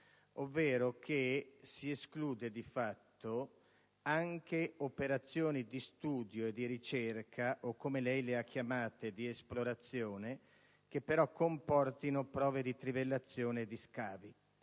zona di così grande pregio anche operazioni di studio e di ricerca o, come lei le ha chiamate, di esplorazione, che comportino prove di trivellazione e scavi.